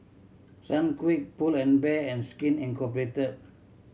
Sunquick Pull and Bear and Skin Inc